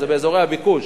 זה באזורי הביקוש,